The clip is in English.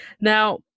now